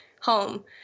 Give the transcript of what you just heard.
home